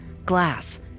glass